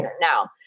Now